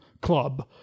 club